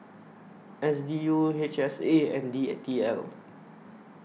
S D U H S A and D T L